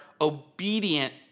obedient